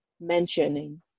mentioning